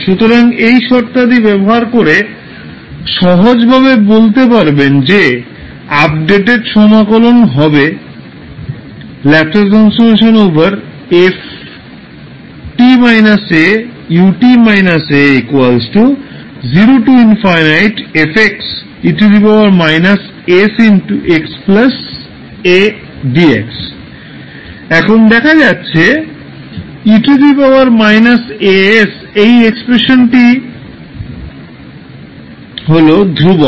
সুতরাং এই শর্তাদি ব্যবহার করে সহজভাবে বলতে পারবেন যে আপডেটেড সমাকলন হবে এখন দেখা যাচ্ছে 𝑒 − 𝑎𝑠 এই এক্সপ্রেশনটি হল ধ্রুবক